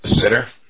Sitter